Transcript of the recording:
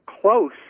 close